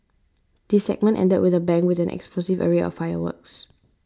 the segment ended with a bang with an explosive array of fireworks